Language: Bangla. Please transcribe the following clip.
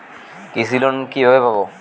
কৃষি লোন কিভাবে পাব?